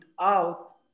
out